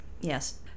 Yes